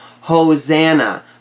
Hosanna